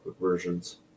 versions